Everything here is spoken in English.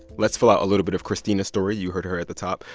let's fill out a little bit of kristina's story. you heard her at the top.